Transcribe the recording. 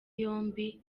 yombi